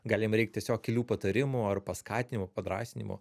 gal jam reik tiesiog kelių patarimų ar paskatinimų padrąsinimo